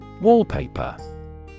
Wallpaper